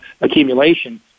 accumulation